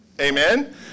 Amen